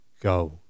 go